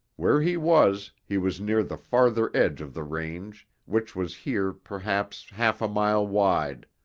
where he was, he was near the farther edge of the range, which was here perhaps half a mile wide.